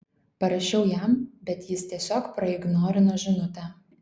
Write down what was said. parašiau jam bet jis tiesiog praignorino žinutę